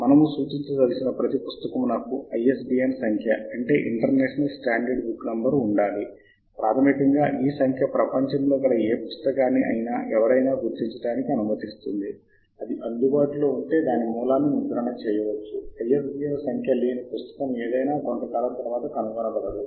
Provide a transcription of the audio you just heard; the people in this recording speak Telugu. మరియు మీరు ఇప్పటికే అనుభవజ్ఞుడైన ప్రోగ్రామర్ లేదా డేటా బేస్ల వినియోగదారు అయితే మీరు అలా చేస్తారు వివిధ ఫీల్డ్లు మరియు బూలియన్ ఆపరేటర్లను ఉపయోగించి శోధన ప్రశ్నలను కాన్ఫిగర్ చేయగలరు కుండలీకరణాలు మిళితం అవుతాయి తద్వారా మీరు సరైన సాహిత్య అంశాన్ని ఒక్క క్వరీ లో పొందగలరు